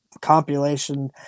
compilation